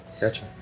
Gotcha